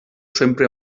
sempre